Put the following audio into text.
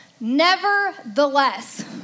Nevertheless